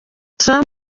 trump